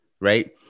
right